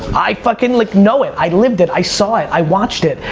i fucking like know it. i lived it, i saw it. i watched it.